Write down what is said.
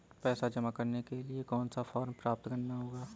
पैसा जमा करने के लिए कौन सा फॉर्म प्राप्त करना होगा?